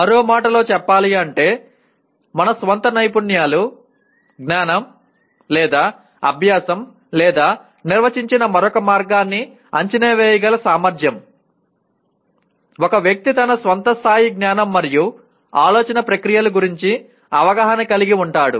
మరో మాటలో చెప్పాలంటే మన స్వంత నైపుణ్యాలు జ్ఞానం లేదా అభ్యాసం లేదా నిర్వచించిన మరొక మార్గాన్ని అంచనా వేయగల సామర్థ్యం ఒక వ్యక్తి తన సొంత స్థాయి జ్ఞానం మరియు ఆలోచన ప్రక్రియల గురించి అవగాహన కలిగి ఉంటాడు